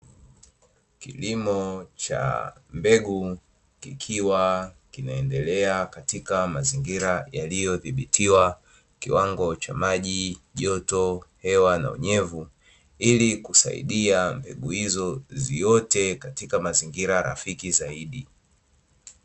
Kilimo cha mbegu kikiwa kinaendelea katika mazingira yaliyodhibitiwa kiwango maji, joto, hewa na unyevu, ili kusaidia mbegu hizo ziote katika mazingira mazuri zaidi.